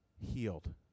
healed